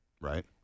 Right